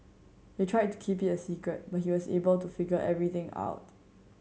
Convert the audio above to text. they tried to keep it a secret but he was able to figure everything out